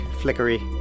flickery